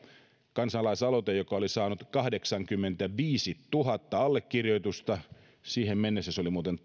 kansalaisaloite oli saanut kahdeksankymmentäviisituhatta allekirjoitusta siihen mennessä se oli muuten